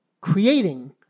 creating